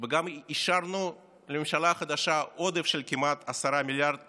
וגם אישרנו לממשלה החדשה עודף של כמעט 10 מיליארד שקלים,